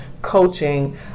Coaching